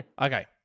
Okay